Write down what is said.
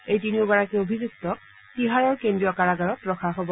এই তিনিওগৰাকী অভিযুক্তক তিহাৰৰ কেন্দ্ৰীয় কাৰাগাৰত ৰখা হ'ব